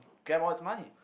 grab all its money